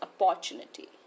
opportunity